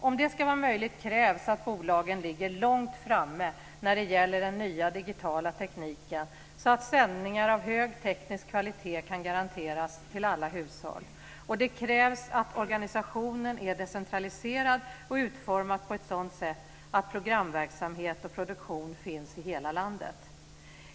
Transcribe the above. Om det ska vara möjligt krävs att bolagen ligger långt framme när det gäller den nya digitala tekniken så att sändningar av hög teknisk kvalitet kan garanteras till alla hushåll, och det krävs att organisationen är decentraliserad och utformad på ett sådant sätt att programverksamhet och produktion finns i hela landet.